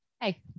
Hey